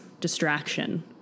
distraction